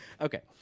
Okay